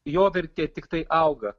jo vertė tiktai auga